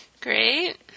Great